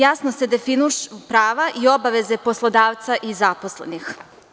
Jasno se definišu prava i obaveze poslodavca i zaposlenih.